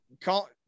call